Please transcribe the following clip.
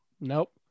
Nope